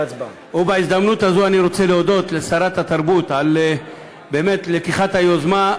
בהזדמנות הזו אני רוצה להודות לשרת התרבות על לקיחת היוזמה,